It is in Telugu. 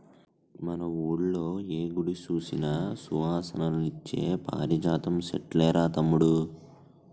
మన వూళ్ళో ఏ గుడి సూసినా సువాసనలిచ్చే పారిజాతం సెట్లేరా తమ్ముడూ